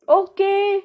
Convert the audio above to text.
okay